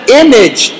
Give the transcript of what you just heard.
image